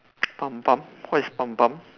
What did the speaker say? bump bump what is bump bump